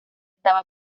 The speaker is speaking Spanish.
estaba